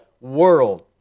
world